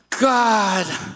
God